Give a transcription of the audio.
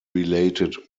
related